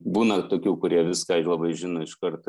būna tokių kurie viską labai žino iškart